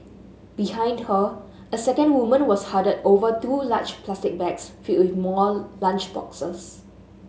behind her a second woman was huddled over two large plastic bags filled with more lunch boxes